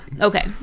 okay